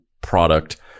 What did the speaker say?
product